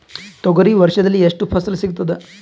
ತೊಗರಿ ವರ್ಷದಲ್ಲಿ ಎಷ್ಟು ಫಸಲ ಸಿಗತದ?